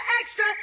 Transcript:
Extra